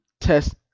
test